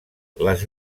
les